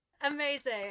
Amazing